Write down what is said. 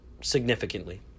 significantly